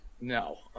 no